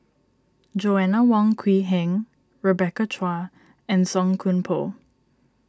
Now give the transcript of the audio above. Joanna Wong Quee Heng Rebecca Chua and Song Koon Poh